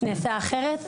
נעשה אחרת,